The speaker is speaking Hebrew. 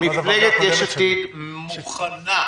מפלגת יש עתיד מוכנה,